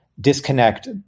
disconnect